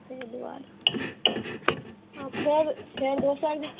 ताहि दुआरे फेर दोसर दिन